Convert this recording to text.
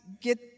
get